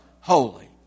holy